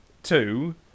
two